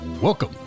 Welcome